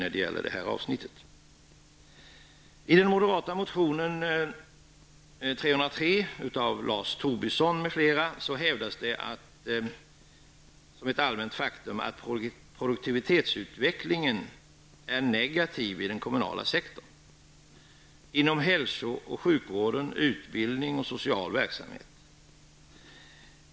I den moderata motionen FU303 av Lars Tobisson m.fl. hävdas som ett allmänt faktum att produktivitetsutvecklingen är negativ inom den kommunala sektorn, inom hälso och sjukvård, utbildning och social verksamhet.